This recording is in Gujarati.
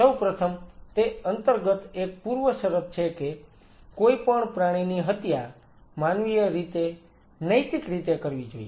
સૌ પ્રથમ તે અંતર્ગત એક પૂર્વશરત છે કે કોઈપણ પ્રાણીની હત્યા માનવીય રીતે નૈતિક રીતે કરવી જોઈએ